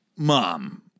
Mom